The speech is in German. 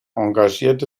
engagierte